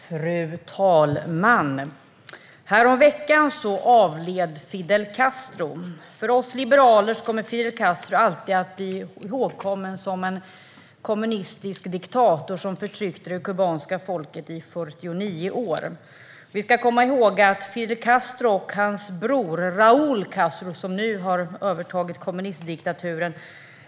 Fru talman! Häromveckan avled Fidel Castro. För oss liberaler kommer Fidel Castro alltid att bli ihågkommen som en kommunistisk diktator som förtryckte det kubanska folket under 49 år. Vi ska komma ihåg att Kuba fortfarande är en kommunistisk enpartidiktatur utan fria medier.